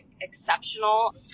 exceptional